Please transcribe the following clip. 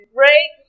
break